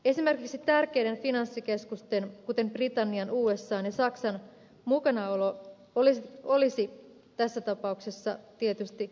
esimerkiksi tärkeiden finanssikeskusten kuten britannian usan ja saksan mukanaolo olisi tässä tapauksessa tietysti tärkeää